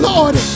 Lord